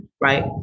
right